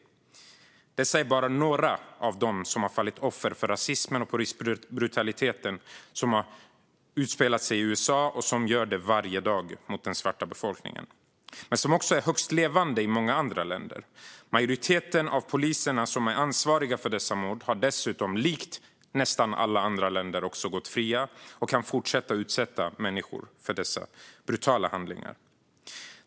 Dessa är bara några av dem som fallit offer för den rasism och polisbrutalitet som utspelar sig i USA varje dag mot den svarta befolkningen men som också är högst levande i många andra länder. Majoriteten av de poliser som är ansvariga för dessa mord har dessutom, likt nästan alla andra länder, gått fria och kan fortsätta att utsätta människor för dessa brutala handlingar.